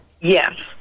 yes